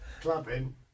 Clubbing